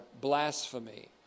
blasphemy